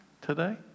today